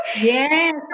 Yes